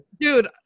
Dude